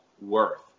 worth